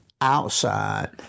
outside